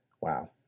Wow